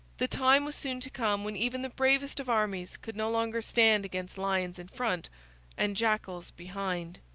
the time was soon to come when even the bravest of armies could no longer stand against lions in front and jackals behind.